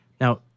Now